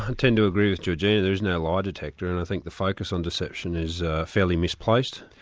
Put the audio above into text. um tend to agree with georgina, there is no lie detector and i think the focus on deception is fairly misplaced.